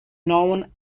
known